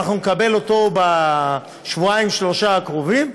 ואנחנו נקבל אותו בשבועיים-שלושה הקרובים,